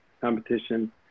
competition